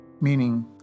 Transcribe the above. meaning